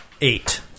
Eight